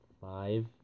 five